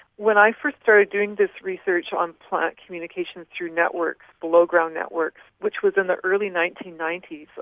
when i first started doing this research on planet communications through networks, belowground networks, which was in the early nineteen ninety s,